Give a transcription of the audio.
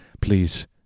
please